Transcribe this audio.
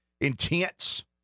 Intense